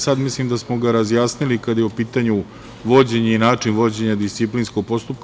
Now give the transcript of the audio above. Sad mislim da smo ga razjasnili, kada je u pitanju vođenje i način vođenja disciplinskog postupka.